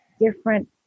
different